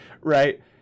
right